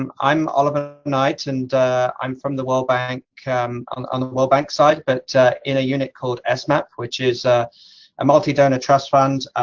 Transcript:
um i'm oliver knight, and i'm from the world bank on on the world bank side, but in a unit called esmap, which is a multi donor trust fund,